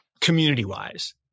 community-wise